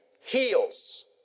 heals